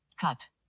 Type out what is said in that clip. Cut